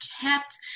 kept